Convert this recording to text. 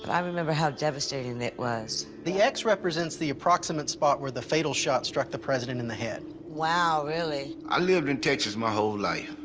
i remember how devastating it was. the x represents the approximate spot where the fatal shot struck the president in the head. wow, really. i lived in texas my whole life.